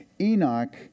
Enoch